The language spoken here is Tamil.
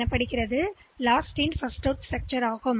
எனவே இது லாஸ்ட் இன் ஃபர்ஸ்ட் அவுட் பயன்படுத்துகிறது